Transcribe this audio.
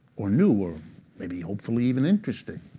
or new, or maybe hopefully even interesting,